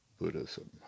Buddhism